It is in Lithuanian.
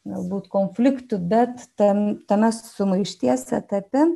galbūt konfliktų bet ten tame sumaišties etape